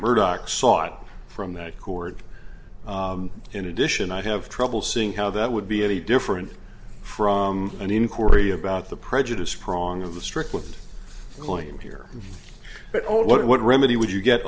murdoch sought from that court in addition i have trouble seeing how that would be any different from an inquiry about the prejudiced prong of the strickland claim here but all what remedy would you get